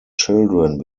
children